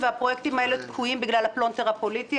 והפרויקטים האלה תקועים בגלל הפלונטר הפוליטי.